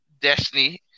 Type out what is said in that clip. Destiny